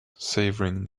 savouring